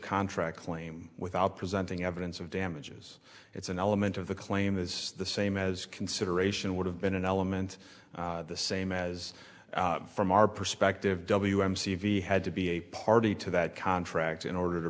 contract claim without presenting evidence of damages it's an element of the claim is the same as consideration would have been an element the same as from our perspective w m c if he had to be a party to that contract in order to